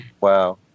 Wow